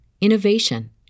innovation